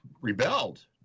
rebelled